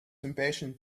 impatient